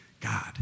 God